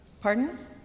Pardon